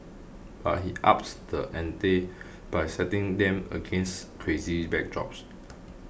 but he ups the ante by setting them against crazy backdrops